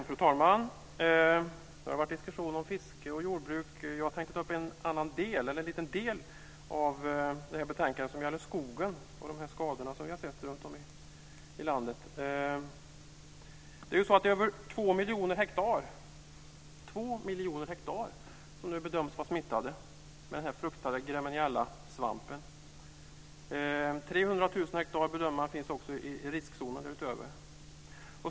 Fru talman! Det har varit diskussion om fiske och jordbruk. Jag tänkte ta upp en liten del av betänkandet som gäller skogen och de skador som vi sett runtom i landet. Över två miljoner hektar bedöms nu vara smittade med den fruktade greminiellasvampen. Utöver det bedömer man att 300 000 hektar finns i riskzonen.